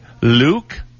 Luke